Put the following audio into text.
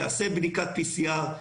יעשה בדיקת PCR,